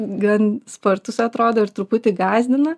gan spartus atrodo ir truputį gąsdina